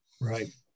Right